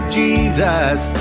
jesus